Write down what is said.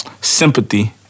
Sympathy